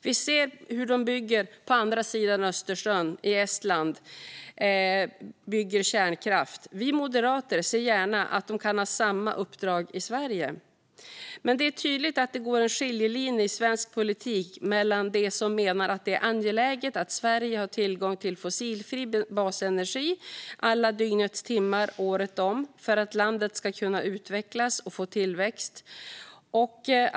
Vi ser hur de är med och bygger kärnkraft på andra sidan Östersjön, i Estland. Vi moderater ser gärna att de kan ha samma uppdrag i Sverige. Det är tydligt att det går en skiljelinje i svensk politik mellan dem som menar att det är angeläget att Sverige har tillgång till fossilfri basenergi alla dygnets timmar året om för att landet ska kunna utvecklas och få tillväxt och dem som inte menar det.